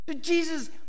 Jesus